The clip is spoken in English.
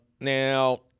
Now